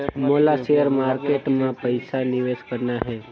मोला share market मां पइसा निवेश करना हे?